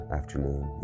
afternoon